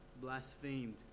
blasphemed